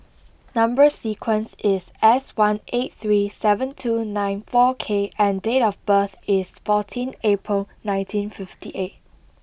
number sequence is S one eight three seven two nine four K and date of birth is fourteen April nineteen fifty eight